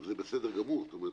היא בסדר גמור, זאת אומרת